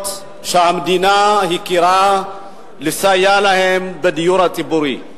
שהמדינה הכירה בצורך לסייע להן בדיור הציבורי.